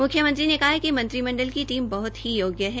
म्ख्यमंत्री ने कहा कि मंत्रीमंडल की टीम बहत ही योग्य है